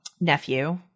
nephew